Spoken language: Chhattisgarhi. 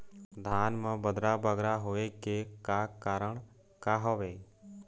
धान म बदरा बगरा होय के का कारण का हवए?